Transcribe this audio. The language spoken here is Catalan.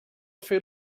fer